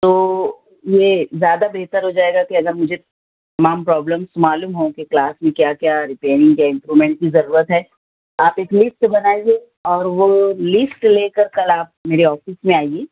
تو یہ زیادہ بہتر ہو جائے گا کہ اگر مجھے تمام پرابلمس معلوم ہوں کہ کلاس میں کیا کیا رپیئرنگ یا امپرومنٹ کی ضرورت ہے آپ ایک لیسٹ بنائیے اور وہ لیسٹ لے کر کل آپ میرے آفس میں آئیے